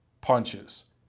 punches